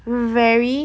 very